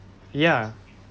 ya